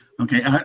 Okay